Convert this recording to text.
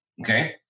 Okay